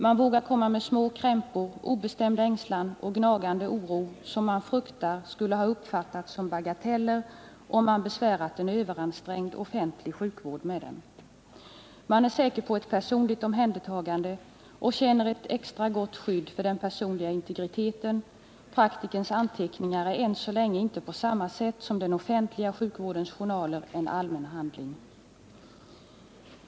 Man vågar komma med små krämpor, obestämd ängslan och gnagande oro som man fruktar skulle ha uppfattats som bagateller, om man besvärat en överansträngd offentlig sjukvård med dem. Man är säker på ett personligt omhändertagande och känner ett extra gott skydd för den personliga integriteten — praktikerns anteckningar är än så länge inte en allmän handling på samma sätt som den offentliga sjukvårdens journaler.